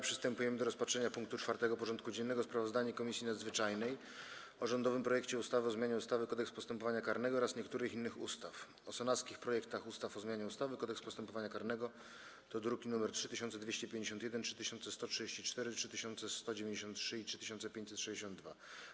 Przystępujemy do rozpatrzenia punktu 4. porządku dziennego: Sprawozdanie Komisji Nadzwyczajnej: - o rządowym projekcie ustawy o zmianie ustawy Kodeks postępowania karnego oraz niektórych innych ustaw, - o senackich projektach ustaw o zmianie ustawy Kodeks postępowania karnego (druki nr 3251, 3134, 3193 i 3562)